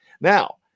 Now